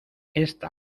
esta